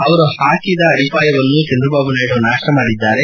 ಅವರು ಪಾಕಿದ ಅಡಿಪಾಯವನ್ನು ಚಂದ್ರಬಾಬು ನಾಯ್ಡ ನಾತ ಮಾಡಿದ್ದಾರೆ